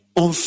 on